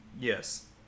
Yes